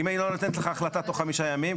אם היא לא נותנת לך החלטה תוך חמישה ימים,